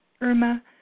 Irma